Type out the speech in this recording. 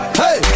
hey